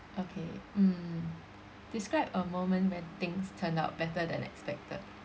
okay mm describe a moment when things turned out better than expected